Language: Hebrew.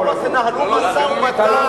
תנהלו משא-ומתן.